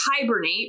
hibernate